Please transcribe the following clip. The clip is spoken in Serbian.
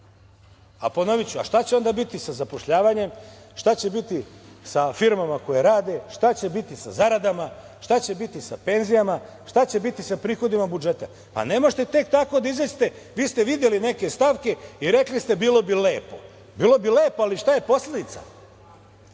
Ponoviću, šta će onda biti sa zapošljavanjem? Šta će biti sa firmama koje rade? Šta će biti sa zaradama? Šta će biti sa penzijama? Šta će biti sa prihodima budžeta? Ne možete tek tako da izađete... Vi ste videli neke stavke i rekli ste bilo bi lepo. Bilo bi lepo, ali šta je posledica? Neću